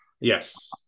yes